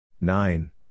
nine